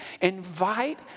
Invite